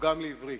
המתורגם לעברית: